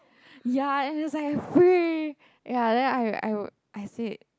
ya and it was like free ya and then I I would I said